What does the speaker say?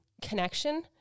connection